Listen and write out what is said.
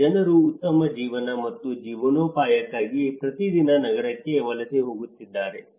ಜನರು ಉತ್ತಮ ಜೀವನ ಮತ್ತು ಜೀವನೋಪಾಯಕ್ಕಾಗಿ ಪ್ರತಿದಿನ ನಗರಕ್ಕೆ ವಲಸೆ ಹೋಗುತ್ತಿದ್ದಾರೆ